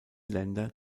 länder